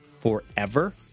forever